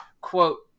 Quote